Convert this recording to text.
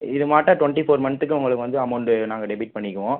இது மாட்டம் twenty four மந்த்துக்கு உங்களுக்கு வந்து அமௌண்ட்டு நாங்கள் டெபிட் பண்ணிக்குவோம்